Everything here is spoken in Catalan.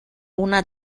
una